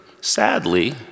sadly